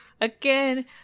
again